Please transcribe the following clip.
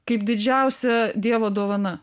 kaip didžiausia dievo dovana